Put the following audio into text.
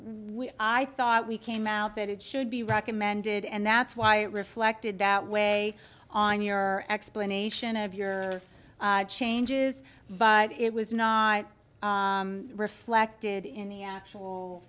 we i thought we came out that it should be recommended and that's why it reflected that way on your explanation of your changes but it was not reflected in the